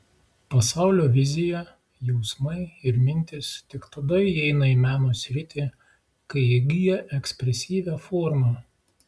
pasaulio vizija jausmai ir mintys tik tada įeina į meno sritį kai įgyja ekspresyvią formą